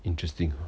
interesting